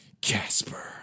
Casper